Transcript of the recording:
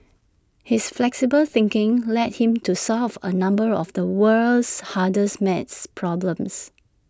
his flexible thinking led him to solve A number of the world's hardest math problems